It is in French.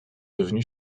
devenu